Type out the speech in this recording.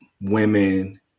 women